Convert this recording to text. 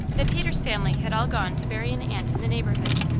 the peters family had all gone to bury an aunt in the neighbourhood,